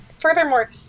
Furthermore